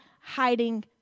hiding